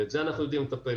ובזה אנחנו יודעים לטפל.